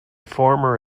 former